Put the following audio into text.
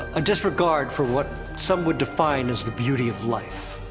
a disregard for what some would define as the beauty of life.